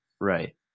Right